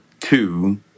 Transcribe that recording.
two